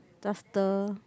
does the